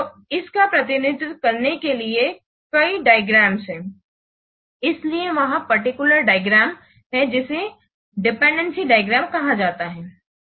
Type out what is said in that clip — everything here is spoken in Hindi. तो इस का प्रतिनिधित्व करने के लिए कई डायग्राम हैं इसलिए वहाँ पर्टिकुलर डायग्राम है जिसे डिपेंडेंसी डायग्राम कहा जाता है